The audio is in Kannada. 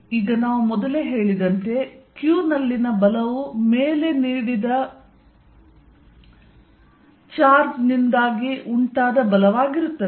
ಈಗ ನಾವು ಮೊದಲೇ ಹೇಳಿದಂತೆ q ನಲ್ಲಿ ಬಲವು ಮೇಲೆ ನೀಡಿದ ಚಾರ್ಜ್ನಿಂದಾಗಿ ಉಂಟಾದ ಬಲವಾಗಿರುತ್ತದೆ